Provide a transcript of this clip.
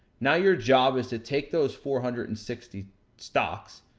now, your jobs is to take those four hundred and sixty stocks,